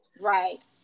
right